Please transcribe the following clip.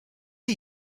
are